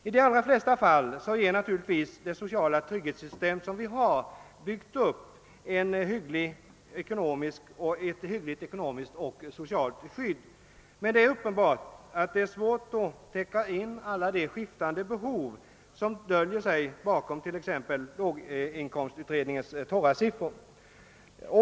I de flesta fall har vårt sociala trygghetssystem byggt upp ett hyggligt ekonomiskt och socialt stöd, men det är svårt att täcka in alla de skiftande behov som döljer sig bakom exempelvis låginkomstutredningens torra siffror.